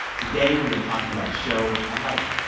today we are talking about a show i like,